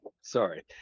sorry